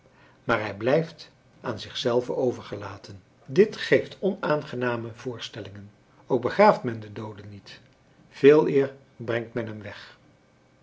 maar hij blijft aan zichzelven overgelaten dit geeft onaangename voorstellingen ook begraaft men den doode niet veeleer bergt men hem weg